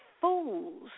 fools